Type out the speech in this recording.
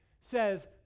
says